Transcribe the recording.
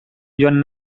joan